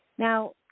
Now